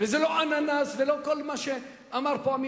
זה לא אננס ולא כל מה שאמר פה חבר